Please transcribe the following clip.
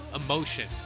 emotion